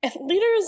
Leader's